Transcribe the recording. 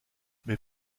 mais